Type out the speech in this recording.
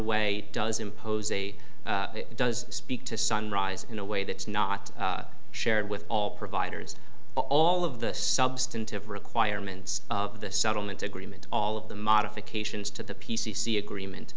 way does impose a does speak to sunrise in a way that's not shared with all providers all of the substantive requirements of the settlement agreement all of the modifications to the p c c agreement